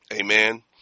Amen